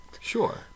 Sure